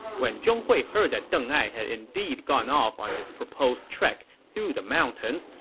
when zhong hui heard that deng ai had indeed gone off on his proposed trek through the mountains,